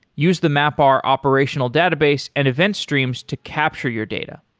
use the mapr operational database and event streams to capture your data.